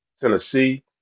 Tennessee